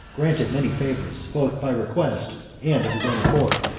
granted many favours, both by request, and of his own accord,